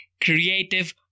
creative